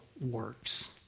works